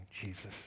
Jesus